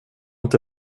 inte